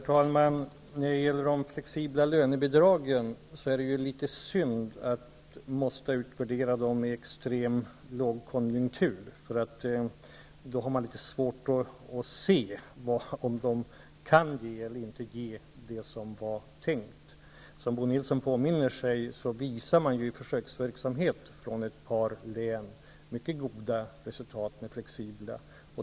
Herr talman! Det är litet synd att tvingas utvärdera de flexibla lönebidragen i en extrem lågkonjunktur. Då har man svårt att se om de kan ge det som var tänkt. Som Bo Nilsson påminner sig visar försöksverksamheten i ett par län mycket goda resultat.